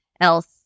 Else